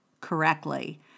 correctly